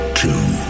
two